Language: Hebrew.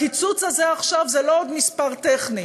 הקיצוץ הזה עכשיו הוא לא עוד מספר טכני,